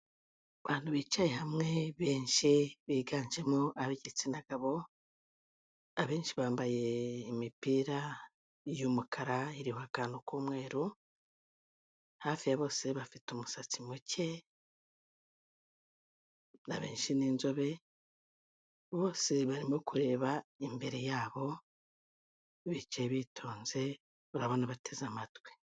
Abantu bicaye hamwe benshi biganjemo ab'igitsina gabo, abenshi bambaye imipira y'umukara iriho akantu k'umweru, hafi ya bose bafite umusatsi abenshi ni inzobe bose barimo kureba imbere yabo bicaye bitonze urabona bateze amatwi.